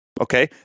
Okay